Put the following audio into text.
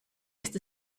ist